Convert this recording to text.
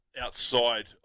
outside